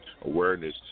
awareness